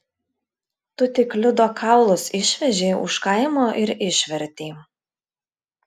tu tik liudo kaulus išvežei už kaimo ir išvertei